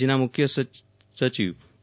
રાજ્યના મુખ્ય સચિન જે